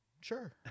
Sure